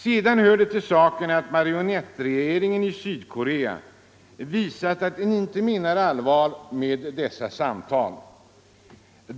Sedan hör det till saken att marionettregeringen i Sydkorea visat att den inte menar allvar med dessa samtal.